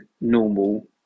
normal